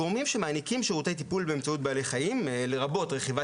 הגורמים שמעניקים שירותי טיפול באמצעות בעלי חיים לרבות רכיבה